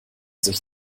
sich